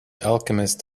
alchemist